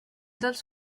dels